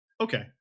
Okay